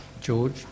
george